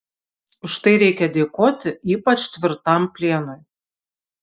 už tai reikia dėkoti ypač tvirtam plienui